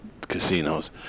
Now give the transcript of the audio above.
casinos